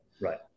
Right